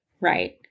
right